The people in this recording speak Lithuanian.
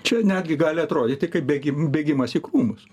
čia netgi gali atrodyti kaip bėgim bėgimas į krūmus